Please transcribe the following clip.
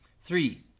Three